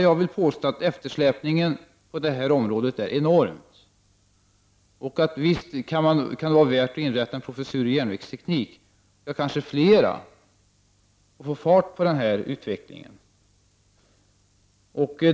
Jag vill påstå att eftersläpningen på detta område är enorm och att det verkligen kan vara av värde att inrätta en professur i järnvägsteknik, kanske flera, och få fart på denna utveckling.